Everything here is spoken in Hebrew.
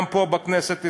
גם פה, בכנסת ישראל,